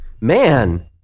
Man